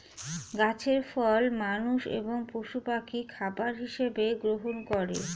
গাছের ফল মানুষ এবং পশু পাখি খাবার হিসাবে গ্রহণ করে